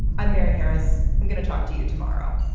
i'm mary harris. i'm going to talk to you tomorrow